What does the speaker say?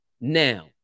Now